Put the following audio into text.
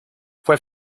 fue